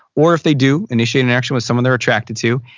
or if they do initiate interaction with someone they're attracted to,